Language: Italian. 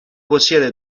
possiede